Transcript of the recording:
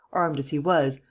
armed as he was,